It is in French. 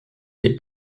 est